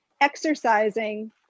exercising